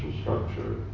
structure